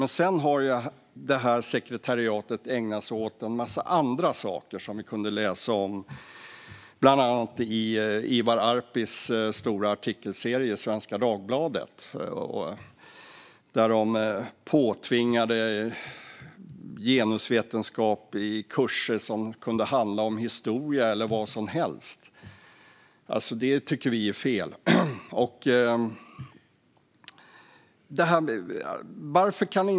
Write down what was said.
Men sedan har ju detta sekretariat ägnat sig åt en massa andra saker, som vi kunde läsa om bland annat i Ivar Arpis stora artikelserie i Svenska Dagbladet. Bland annat tvingade de in genusvetenskap i kurser som kunde handla om historia eller vad som helst. Det tycker vi är fel.